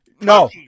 No